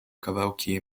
kawałki